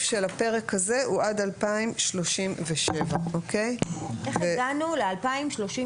של הפרק הזה הוא עד 2037. איך הגענו ל-2037?